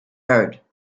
heard